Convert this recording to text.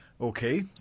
Okay